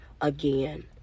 again